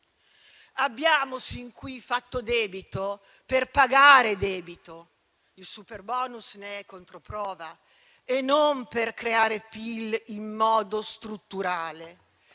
Abbiamo sin qui fatto debito per pagare debito - il superbonus ne è controprova - e non per creare PIL in modo strutturale,